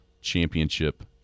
championship